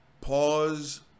Pause